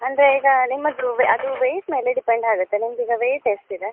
ಅಂದರೆ ಈಗ ನಿಮ್ಮದು ಅದು ವೆಯ್ಟ್ ಮೇಲೆ ಡಿಪೆಂಡ್ ಆಗುತ್ತೆ ನಿಮ್ಮದೀಗ ವೆಯ್ಟ್ ಎಷ್ಟಿದೆ